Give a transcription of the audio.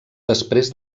després